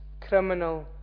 criminal